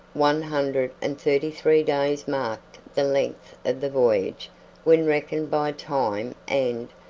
one hundred and thirty-three days marked the length of the voyage when reckoned by time and,